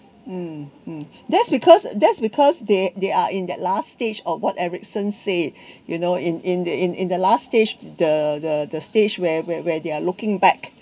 mm mm that's because that's because they they are in that last stage of what ericsson say you know in in the in in the last stage the the stage where where where they're looking back